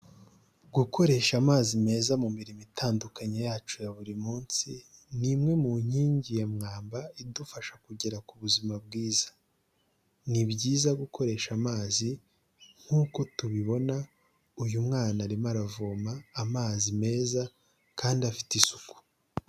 Gukoresha amazi meza mu mirimo itandukanye yacu ya buri munsi, ni imwe mu nkingi ya mwamba idufasha kugera ku buzima bwiza, ni byiza gukoresha amazi nk'uko tubibona uyu mwana arimo aravoma amazi meza kandi afite isuku.